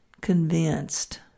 convinced